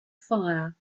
fire